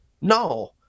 no